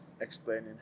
explaining